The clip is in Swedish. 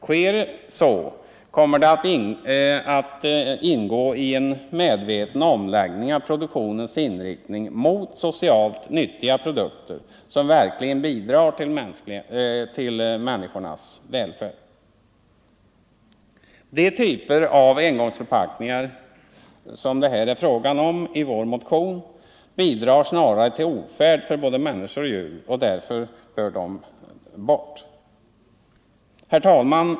Sker så, kommer det att medverka till en medveten omläggning av produktionens inriktning mot socialt nyttiga produkter som verkligen bidrar till människornas välfärd. De typer av engångsförpackningar som det är fråga om i vår motion bidrar snarare till ofärd för både människor och djur, och därför bör de bort. Herr talman!